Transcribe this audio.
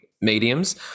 mediums